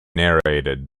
narrated